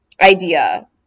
idea